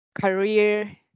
career